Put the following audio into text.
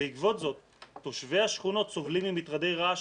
בעקבות זאת תושבי השכונות סובלים ממטרדי רעש